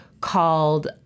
called